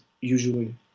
usually